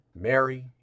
Mary